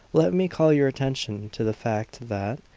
let me call your attention to the fact that,